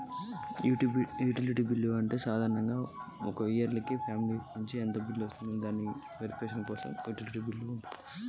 Utility bill అంటే ఏంటిది?